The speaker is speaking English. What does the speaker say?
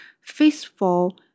faithful